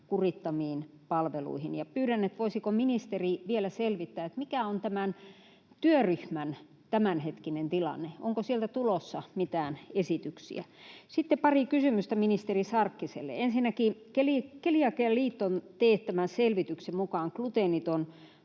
kurittamiin palveluihin. Pyydän, voisiko ministeri vielä selvittää, mikä on tämän työryhmän tämänhetkinen tilanne. Onko sieltä tulossa mitään esityksiä? Sitten pari kysymystä ministeri Sarkkiselle. Ensinnäkin Keliakialiiton teettämän selvityksen mukaan gluteeniton